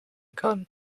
kann